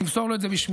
תמסור לו את זה בשמי,